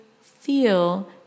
feel